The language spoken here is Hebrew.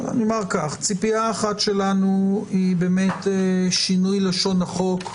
אני אומר כך: ציפייה אחת שלנו היא באמת שינוי לשון החוק,